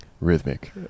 Rhythmic